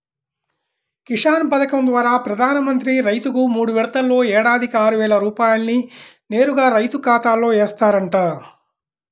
కిసాన్ పథకం ద్వారా ప్రధాన మంత్రి రైతుకు మూడు విడతల్లో ఏడాదికి ఆరువేల రూపాయల్ని నేరుగా రైతు ఖాతాలో ఏస్తారంట